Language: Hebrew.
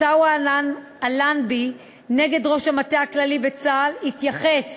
עטווה אלנבארי נגד ראש המטה הכללי בצה"ל, התייחס